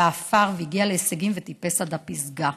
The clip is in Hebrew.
והעפר והגיע להישגים וטיפס עד לפסגה.